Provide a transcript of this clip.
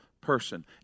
person